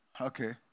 Okay